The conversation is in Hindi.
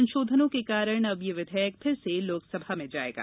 संशोधनों के कारण अब यह विधेयक फिर से लोकसभा में जाएगा